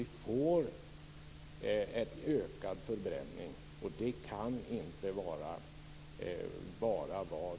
Vi får en ökad förbränning, och det kan inte vara vad